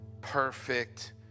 perfect